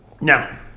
Now